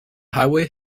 highway